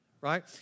right